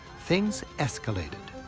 things escalated.